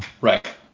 Right